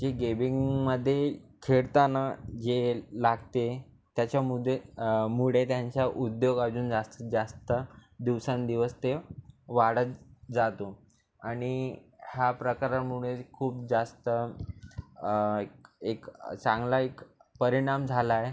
जे गेबिंगमध्ये खेळताना जे लागते त्याच्यामुळे मुळे त्यांचा उद्योग अजून जास्तीत जास्त दिवसेंदिवस ते वाढत जातो आणि हा प्रकारामुळे खूप जास्त एक एक चांगला एक परिणाम झालाय